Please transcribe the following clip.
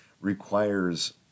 requires